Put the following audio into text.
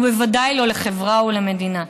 ובוודאי לא לחברה או למדינה.